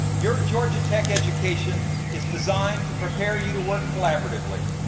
your georgia tech education is designed to prepare you to work collaboratively,